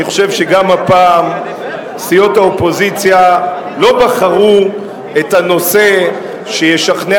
אני חושב שגם הפעם סיעות האופוזיציה לא בחרו את הנושא שישכנע